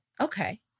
okay